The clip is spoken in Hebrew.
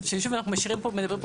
כשמהפסקה הזאת עולה שבאיחוד